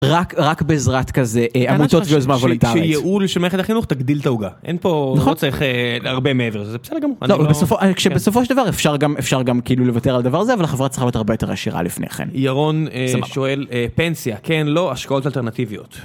רק, רק בעזרת כזה, עמותות ביוזמה וולנטרית. שייעול של מערכת החינוך תגדיל את העוגה. אין פה, לא צריך הרבה מעבר לזה, בסדר גמור. כשבסופו של דבר אפשר גם, אפשר גם לוותר על הדבר הזה אבל החברה צריכה להיות הרבה יותר עשירה לפני כן. ירון שואל, פנסיה. כן, לא, השקעות אלטרנטיביות.